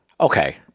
okay